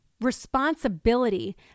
responsibility